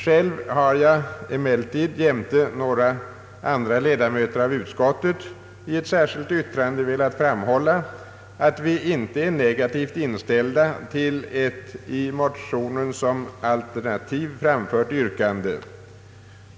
Själv har jag emellertid jämte några andra ledamöter av utskottet i ett särskilt yttrande velat framhålla, att vi inte är negativt inställda till ett i motionen som alternativ framfört yrkande.